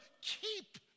keep